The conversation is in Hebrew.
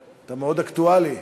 אתה מאוד אקטואלי,